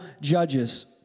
judges